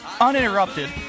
uninterrupted